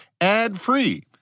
ad-free